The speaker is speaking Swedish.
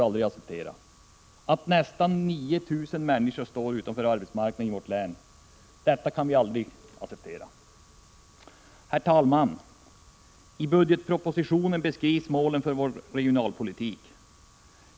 Att nästan 9 000 människor står utanför arbetsmarknaden i vårt län kan aldrig accepteras. Herr talman! I budgetpropositionen beskrivs målen för vår regionalpolitik.